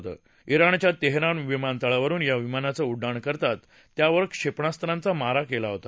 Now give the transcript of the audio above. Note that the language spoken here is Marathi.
जेणच्या तेहरान विमानतळावरुन या विमानानं उड्डाण करताच त्यावर क्षेपणास्त्रांचा मारा केला होता